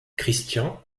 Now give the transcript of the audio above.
christian